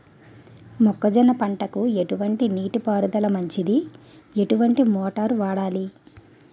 మొక్కజొన్న పంటకు ఎటువంటి నీటి పారుదల మంచిది? ఎటువంటి మోటార్ వాడాలి?